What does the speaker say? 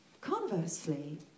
conversely